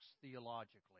theologically